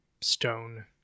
stone